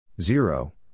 Zero